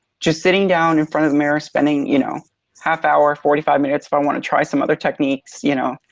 just sitting down in front of the mirror spending you know half-hour, forty five minutes if i want to try some other techniques you know,